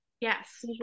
Yes